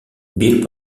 bill